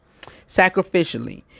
Sacrificially